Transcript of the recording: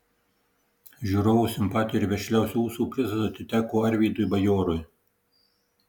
žiūrovų simpatijų ir vešliausių ūsų prizas atiteko arvydui bajorui